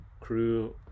crew